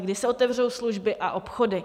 Kdy se otevřou služby a obchody?